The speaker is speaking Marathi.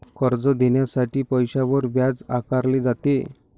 कर्ज देण्यासाठी पैशावर व्याज आकारले जाते